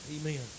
Amen